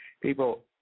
People